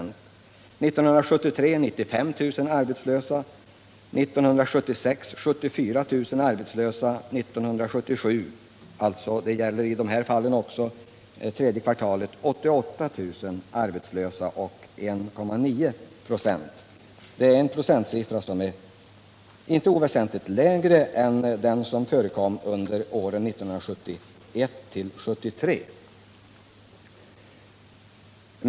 1973 hade vi 95 000 arbetslösa, 1976 var antalet arbetslösa 74 000 och 1977 — det gäller i de här fallen också tredje kvartalet — 88 000 eller 1,9 26. Den procentsiffran är inte oväsentligt lägre än den som kunde noteras åren 1971-1973.